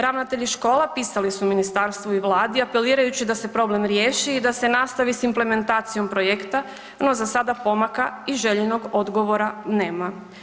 Ravnatelji škola pisali su ministarstvu i Vladi, apelirajući da se problem riješi i da se nastavi s implementacijom projekata, no za sada pomaka i željenog odgovora nema.